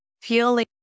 feeling